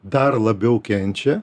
dar labiau kenčia